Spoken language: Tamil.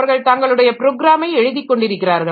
அவர்கள் தங்களுடைய ப்ரோக்ராமை எழுதிக்கொண்டிருக்கிறார்கள்